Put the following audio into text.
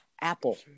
Apple